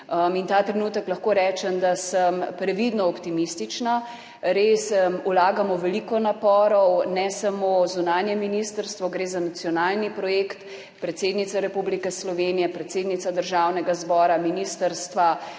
Ta trenutek lahko rečem, da sem previdno optimistična. Res vlagamo veliko naporov, ne samo zunanje ministrstvo, gre za nacionalni projekt. Predsednica Republike Slovenije, predsednica Državnega zbora, ministrstva,